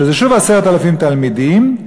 שזה שוב 10,000 תלמידים,